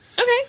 Okay